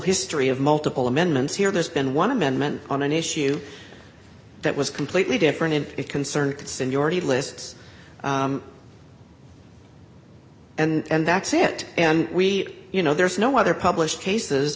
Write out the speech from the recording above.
history of multiple amendments here there's been one amendment on an issue that was completely different and it concerns seniority lists and that's it and we you know there's no other published cases